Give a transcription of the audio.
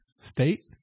State